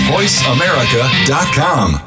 Voiceamerica.com